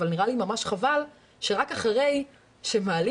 אבל נראה לי ממש חבל שרק אחרי שמעלים